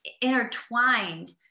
intertwined